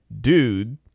Dude